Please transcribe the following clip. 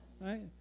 Right